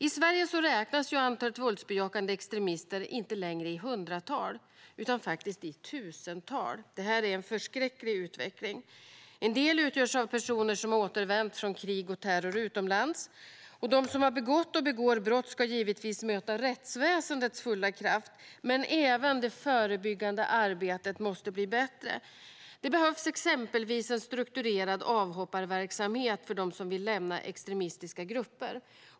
I Sverige räknas antalet våldsbejakande extremister inte längre i hundratal, utan i tusental. Det här är en förskräcklig utveckling. En del utgörs av personer som återvänt från krig och terror utomlands. De som begått och begår brott ska givetvis möta rättsväsendets fulla kraft, men även det förebyggande arbetet måste bli bättre. Det behövs exempelvis en strukturerad avhopparverksamhet för dem som vill lämna extremistiska grupper.